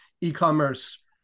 e-commerce